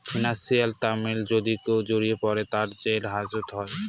financial ক্রাইমে যদি কেউ জড়িয়ে পরে, তার জেল হাজত হয়